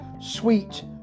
sweet